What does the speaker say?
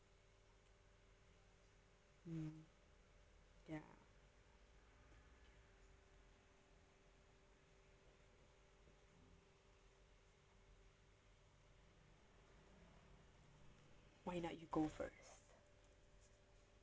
hmm ya why not you go first